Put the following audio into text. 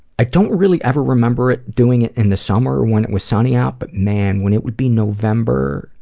i don't really ever remember it, doing it in the summer when it was sunny out, but man when it would be november,